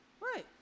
Right